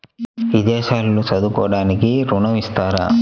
విదేశాల్లో చదువుకోవడానికి ఋణం ఇస్తారా?